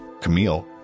Camille